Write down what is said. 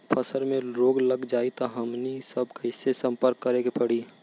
फसल में रोग लग जाई त हमनी सब कैसे संपर्क करें के पड़ी?